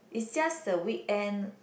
is just a weekend